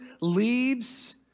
leaves